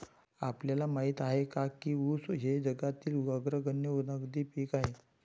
आपल्याला माहित आहे काय की ऊस हे जगातील अग्रगण्य नगदी पीक आहे?